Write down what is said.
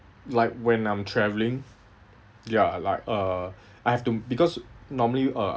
like when I'm travelling ya like uh I have to because normally uh